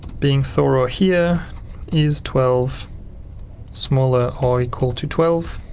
being thorough here is twelve smaller or equal to twelve?